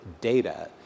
data